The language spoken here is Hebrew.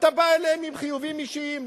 אתה בא אליהם עם חיובים אישיים,